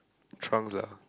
trunks lah